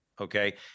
Okay